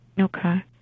Okay